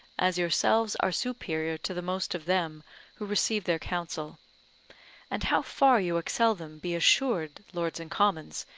as yourselves are superior to the most of them who received their counsel and how far you excel them, be assured, lords and commons,